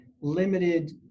limited